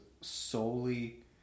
solely